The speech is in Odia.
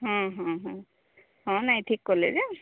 ହଁ ହଁ ହଁ ହଁ ନାଇଁ ଠିକ୍ କଲେ ଯେ